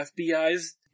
FBI's